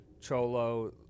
Cholo